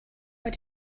what